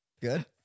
good